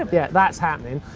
yeah, that's happening.